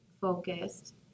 focused